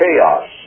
chaos